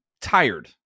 tired